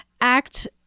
act